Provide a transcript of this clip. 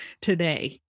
today